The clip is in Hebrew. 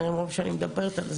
מרוב שאני מדברת על זה.